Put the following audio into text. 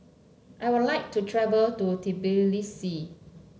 I would like to travel to Tbilisi